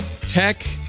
tech